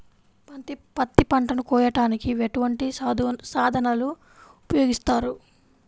పత్తి పంటను కోయటానికి ఎటువంటి సాధనలు ఉపయోగిస్తారు?